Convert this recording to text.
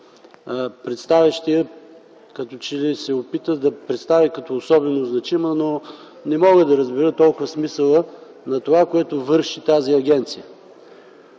представящият като че ли се опита да представи като особено значима? Не мога да разбера смисъла на това, което върши тази комисия.